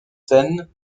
scènes